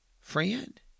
Friend